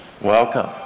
Welcome